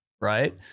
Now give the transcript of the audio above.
right